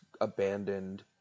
abandoned